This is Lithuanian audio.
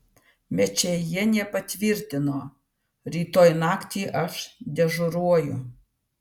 mečėjienė patvirtino rytoj naktį aš dežuruoju